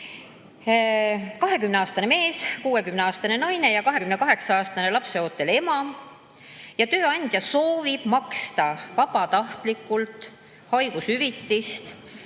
20‑aastane mees, 60-aastane naine ja 28‑aastane lapseootel ema ning tööandja soovib maksta vabatahtlikult haigushüvitist,